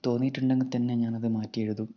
തോന്നിയിട്ടുണ്ടെങ്കിൽ തന്നെ ഞാൻ അത് മാറ്റി എഴുതും